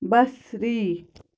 بصری